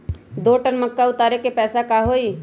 दो टन मक्का उतारे के पैसा का होई?